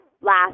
last